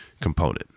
component